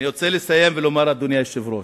אני רוצה לסיים ולומר, אדוני היושב-ראש,